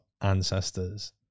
ancestors